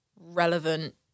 relevant